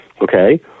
okay